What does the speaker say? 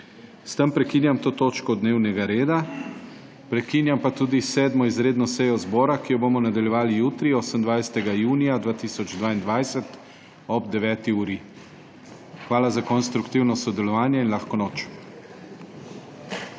S tem prekinjam to točko dnevnega reda. Prekinjam tudi 7. izredno sejo zbora, ki jo bomo nadaljevali jutri, 28. junija 2022, ob 9. uri. Hvala za konstruktivno sodelovanje in lahko noč.